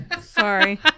Sorry